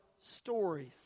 stories